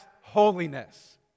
holiness